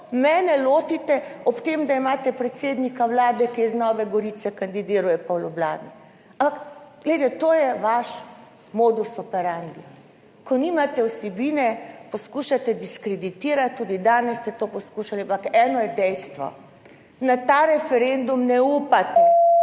mene lotite, ob tem, da imate predsednika Vlade, ki je iz Nove Gorice, kandidiral je pa v Ljubljani. Ampak glejte, to je vaš modus operandi, ko nimate vsebine, poskušate diskreditirati, tudi danes ste to poskušali, ampak eno je dejstvo; na ta referendum ne upate.